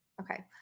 Okay